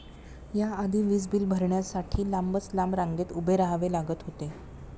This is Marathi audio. या आधी वीज बिल भरण्यासाठी लांबच लांब रांगेत उभे राहावे लागत होते